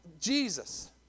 Jesus